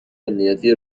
امنیتی